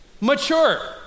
Mature